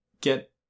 get